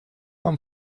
come